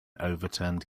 overturned